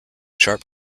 sharp